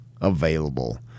available